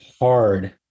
hard